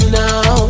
now